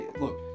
look